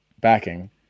backing